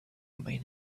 may